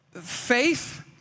Faith